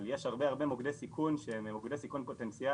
אבל יש הרבה מוקדי סיכון שהם מוקדי סיכון פוטנציאליים,